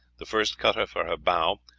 the first cutter for her bow,